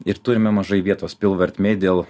ir turime mažai vietos pilvo ertmėj dėl